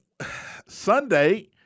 Sunday